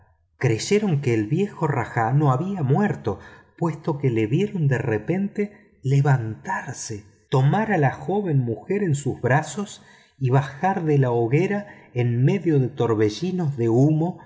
creyeron que el viejo rajá no había muerto puesto que lo vieron de repente levantarse tomar a la joven mujer en sus brazos y bajar de la hoguera en medio de torbellinos de humo